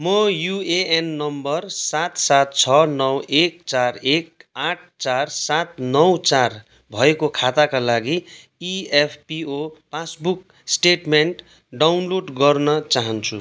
म UAN number सात सात छ नौ एक चार एक आठ चार सात नौ चार भएको खाताका लागि इएफपिओ पासबुक स्टेटमेन्ट डाउनलोड गर्न चाहन्छु